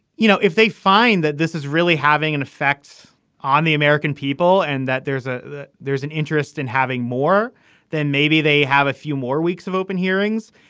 you know if they find that this is really having an effect on the american people and that there's ah a there's an interest in having more then maybe they have a few more weeks of open hearings.